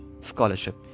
Scholarship